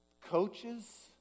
coaches